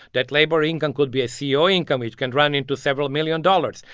that labor income could be a ceo income, which can run into several million dollars.